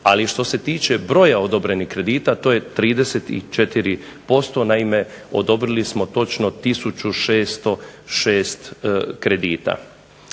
ali što se tiče broja odobrenih kredita to je 34%. Naime, odobrili smo točno tisuću 606 kredita.